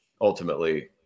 ultimately